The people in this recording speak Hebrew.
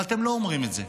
אבל אתם לא אומרים את זה,